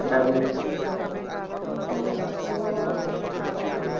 bracelet হ্যাঁ